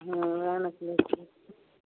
हाँ वएह ने छै